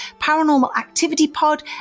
paranormalactivitypod